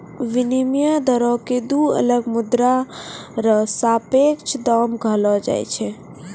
विनिमय दरो क दो अलग मुद्रा र सापेक्ष दाम कहलो जाय छै